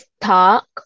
talk